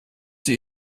sie